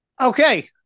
Okay